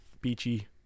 Beachy